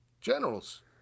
Generals